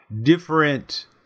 different